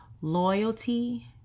loyalty